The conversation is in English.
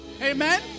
Amen